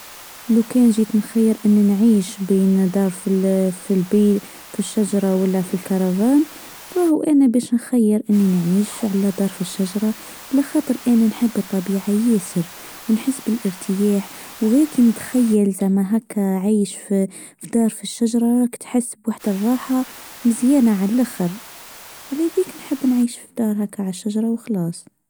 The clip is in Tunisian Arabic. لو كان جيت نخير اني نعيش بين دار في البيت في الشجرة ولا في الكرفان، أراه إنى بيش نخير إنى نعيش على طرف الشجره لخاطر انا نحب الطبيعة ياسر، ونحس بالارتياح وغير كى نتخيل زى مال هكا زعما هاكا عايش في طرف الشجر أىاك بتحس برحة الراحة مزيانة عاللخر على ذيكا نحب نعيش فى الدار هكا عالشجرة وخلاص.